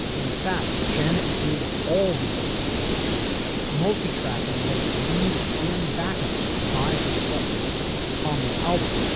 in fact janet did all the vocals on the track multi-track in both leads and backups by herself on the album.